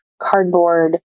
cardboard